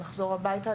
לחזור הביתה,